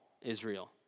Israel